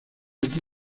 aquí